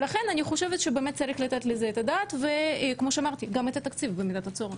לכן צריך לתת לזה את הדעת וגם את התקציב במידת הצורך.